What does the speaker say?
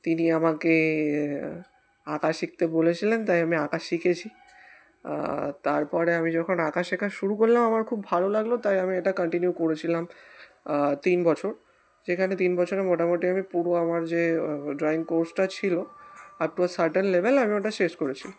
তিনি আমাকে আঁকা শিখতে বলেছিলেন তাই আমি আঁকা শিখেছি তার পরে আমি যখন আঁকা শেখা শুরু করলাম আমার খুব ভালো লাগল তাই আমি এটা কন্টিনিউ করেছিলাম তিন বছর সেখানে তিন বছরে মোটামুটি আমি পুরো আমার যে ড্রয়িং কোর্সটা ছিল up to a certain level আমি ওটা শেষ করেছি